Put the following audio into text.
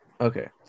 okay